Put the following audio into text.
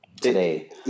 today